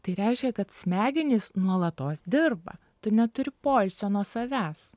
tai reiškia kad smegenys nuolatos dirba tu neturi poilsio nuo savęs